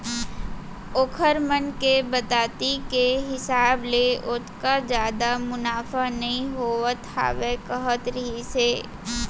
ओखर मन के बताती के हिसाब ले ओतका जादा मुनाफा नइ होवत हावय कहत रहिस हे